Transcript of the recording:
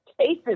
cases